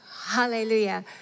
Hallelujah